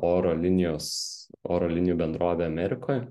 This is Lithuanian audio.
oro linijos oro linijų bendrovė amerikoj